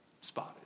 spotted